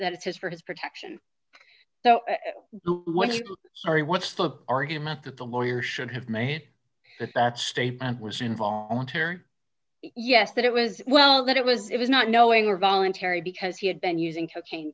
that it's his for his protection though sorry what's the argument that the lawyer should have made at that stage and was involuntary yes that it was well that it was it was not knowing or voluntary because he had been using cocaine